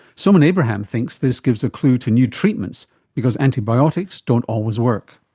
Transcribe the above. soman abraham thinks this gives a clue to new treatments because antibiotics don't always work.